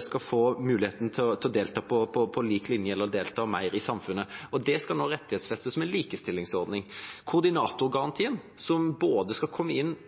skal få mulighet til å delta på lik linje – eller delta mer – i samfunnet. Den skal nå rettighetsfestes som en likestillingsordning. Koordinatorgarantien – som både skal komme inn